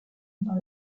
dans